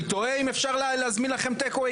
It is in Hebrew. אני תוהה אם אפשר להזמין לכם טייק אווי